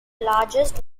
largest